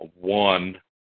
one